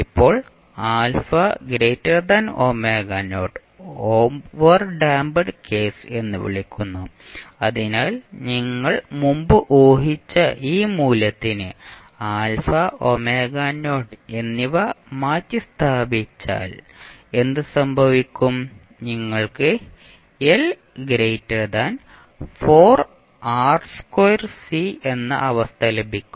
ഇപ്പോൾ α overdamped case എന്ന് വിളിക്കുന്നു അതിനാൽ നിങ്ങൾ മുമ്പ് ഊഹിച്ച ഈ മൂല്യത്തിന് α എന്നിവ മാറ്റിസ്ഥാപിച്ചാൽ എന്ത് സംഭവിക്കും നിങ്ങൾക്ക് എന്ന അവസ്ഥ ലഭിക്കും